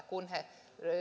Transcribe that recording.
kun he